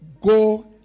Go